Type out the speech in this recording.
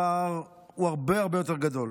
הפער הוא הרבה הרבה יותר גדול,